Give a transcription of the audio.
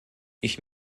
ich